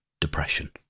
depression